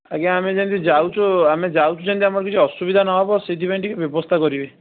ଆଜ୍ଞା ଆମେ ଯେମିତି ଯାଉଛୁ ଆମେ ଯାଉଛୁ ଯେମିତି ଆମର କିଛି ଅସୁବିଧା ନହେବ ସେଥିପାଇଁ ଟିକିଏ ବ୍ୟବସ୍ଥା କରିବେ